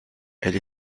elle